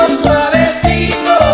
suavecito